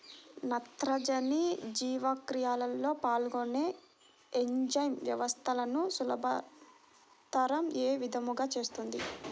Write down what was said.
నత్రజని జీవక్రియలో పాల్గొనే ఎంజైమ్ వ్యవస్థలను సులభతరం ఏ విధముగా చేస్తుంది?